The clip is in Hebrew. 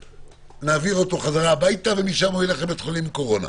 נעביר אותו חזרה הביתה ומשם הוא ילך לבית חולים לקורונה.